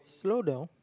slow down